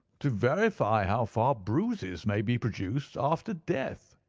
to verify how far bruises may be produced after death.